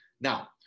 now